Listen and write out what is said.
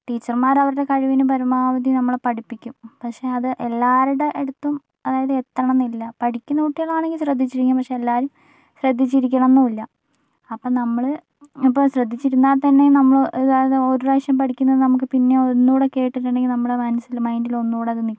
ടീച്ചർമാർ അവരുടെ കഴിവിനു പരമാവധി നമ്മളെ പഠിപ്പിക്കും പക്ഷെ അത് എല്ലാരടെ എടുത്തും അതായത് എത്തണം എന്നില്ല പഠിക്കുന്ന കുട്ടികൾ ആണെങ്കി ശ്രദ്ധിച്ചിരിക്കും പക്ഷെ എല്ലാരും ശ്രദ്ധിച്ചിരിക്കണംന്നൂല്ല അപ്പൊ നമ്മൾ ഇപ്പൊ ശ്രദ്ധിച്ചിരുന്നാ തന്നെ നമ്മൾ അതായത് ഒരുപ്രാവശ്യം പഠിക്കുന്നത് നമുക്ക് പിന്നേയും ഒന്നൂടെ കേട്ടിട്ടുണ്ടെങ്കില് നമ്മടെ മനസ്സില് മൈൻഡിൽ ഒന്നൂടെ അത് നിക്കും